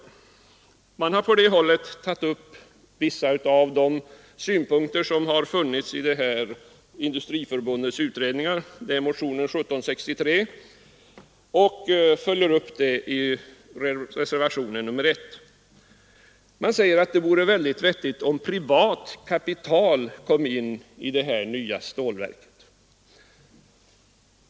På moderat håll har man i motionen 1763 tagit upp en del av de synpunkter som framkommit i Industriförbundets utredningar och sedan följt upp motionen i reservationen 1. Man säger att det vore vettigt om privat kapital kom in i detta nya stålverk.